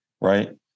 right